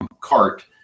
cart